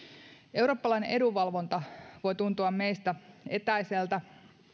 eurooppalainen edunvalvonta voi tuntua meistä etäiseltä